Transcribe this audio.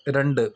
രണ്ട്